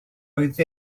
oedd